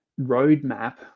roadmap